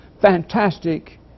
fantastic